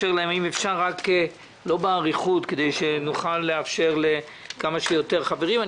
אם אפשר רק לא באריכות כדי שנוכל לאפשר לכמה שיותר חברים להתייחס.